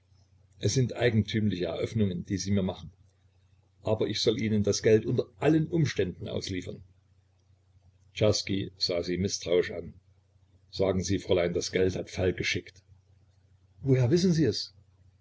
es sind eigentümliche eröffnungen die sie mir machen aber ich soll ihnen das geld unter allen umständen ausliefern czerski sah sie mißtrauisch an sagen sie fräulein das geld hat falk geschickt woher wissen sie es